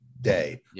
Day